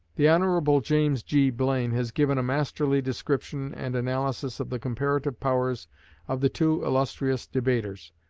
the hon. james g. blaine has given a masterly description and analysis of the comparative powers of the two illustrious debaters.